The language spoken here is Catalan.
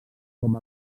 com